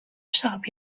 shop